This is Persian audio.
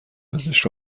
پزشک